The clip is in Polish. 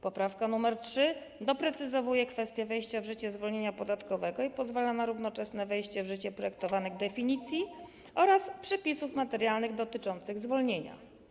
Poprawka nr 3 doprecyzowuje kwestię wejścia w życie zwolnienia podatkowego i pozwala na równoczesne wejście w życie projektowanych definicji oraz przepisów materialnych dotyczących zwolnienia.